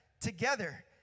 together